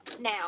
now